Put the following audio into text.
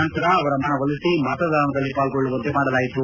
ನಂತರ ಅವರ ಮನವೊಲಿಸಿ ಮತದಾನದಲ್ಲಿ ಪಾಲ್ಗೊಳ್ಳುವಂತೆ ಮಾಡಲಾಯಿತು